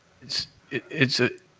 it's it's a